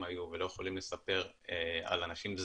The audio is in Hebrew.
היו בהם ולא יכולים לספר על האנשים זרים,